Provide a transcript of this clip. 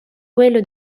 quello